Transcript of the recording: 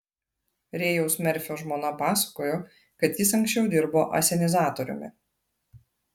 rėjaus merfio žmona pasakojo kad jis anksčiau dirbo asenizatoriumi